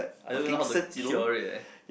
I don't know how to cure it eh